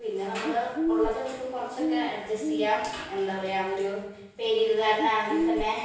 പിന്നെ നമ്മൾ ഉള്ളത് വച്ചൊക്കെ കുറച്ചൊക്കെ അഡ്ജസ്റ്റ് ചെയ്യാം എന്താണ് പറയുക ഒരു പെയിൻ്റിങ്ങ് കാരനാണെങ്കിൽ തന്നെ